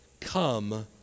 come